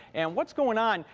and what's going on?